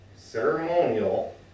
ceremonial